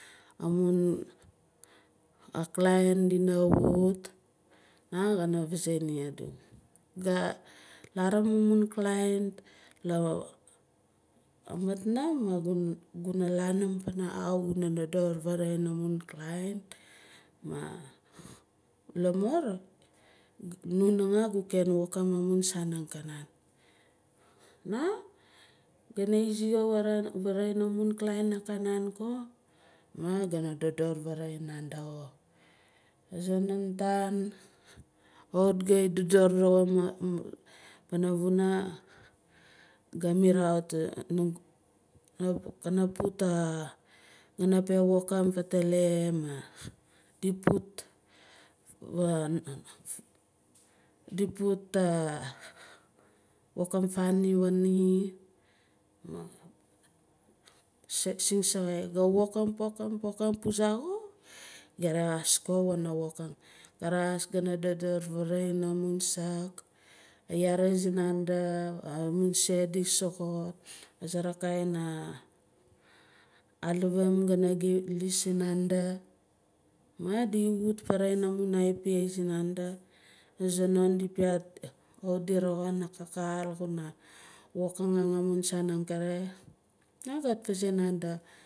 Amun client dina wut ma kana vazae mia adu ga larim amun client la matnum ma guna lanim pana how guna dodor vaving amun client maah lamur nu nangaa nuna wokim amun saa ankanan na gana izi xo varing amun client angkanan ko ma gana dodor varae nanda xo aze non tan kawit gai doxo pana vunaga miraut kana put oh wokang fetele maah diput diput ah wokim funny wana ni singsaxai ga potang pokang pokang puzah xo ga rexas ko wana wokang ga rexas gana dodor varing amun saak ga yare sinanda amum se di soxot azere kain halivim gana liis sinanda ma di wut faring amun ipa sinanda azanon di piaat di roxin a kakal guna wokang amun saan angkare ma gat vazae nanda.